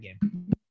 game